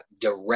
direct